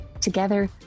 Together